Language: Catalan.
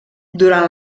durant